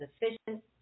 efficient